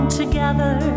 together